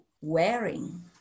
wearing